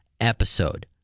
episode